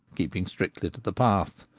keeping strictly to the path.